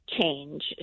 change